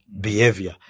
behavior